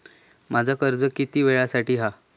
माझा कर्ज किती वेळासाठी हा?